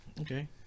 okay